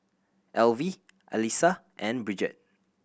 Alvie Alysa and Bridget